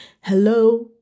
hello